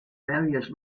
various